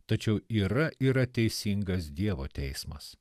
tačiau yra yra teisingas dievo teismas